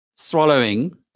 swallowing